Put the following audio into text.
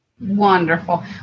Wonderful